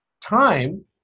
time